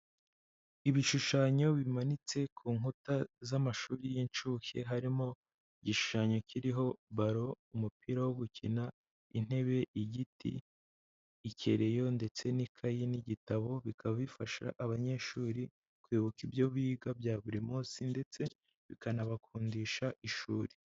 Ibishushanyo bimanitse ku nkuta z'amashuri y'incuke, harimo igishushanyo kiriho ballon umupira wo gukina, intebe, igiti, ikereyo ndetse n'ikayi n'igitabo, bikaba bifasha abanyeshuri kwibuka ibyo biga bya buri munsi, ndetse bikanabakundisha ishuri.